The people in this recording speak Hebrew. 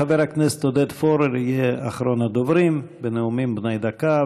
חבר הכנסת עודד פורר יהיה אחרון הדוברים בנאומים בני דקה,